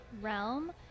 realm